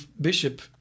bishop